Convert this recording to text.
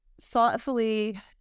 thoughtfully